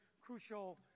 crucial